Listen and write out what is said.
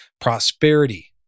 prosperity